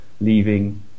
leaving